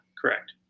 correct